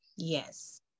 Yes